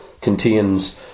contains